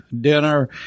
dinner